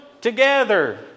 together